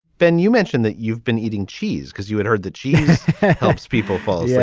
ben, you mentioned that you've been eating cheese because you had heard that cheese helps people fall. yeah